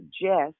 suggest